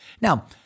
Now